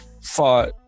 fought